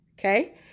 Okay